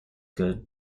good